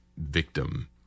victim